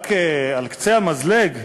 רק על קצה המזלג,